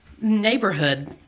neighborhood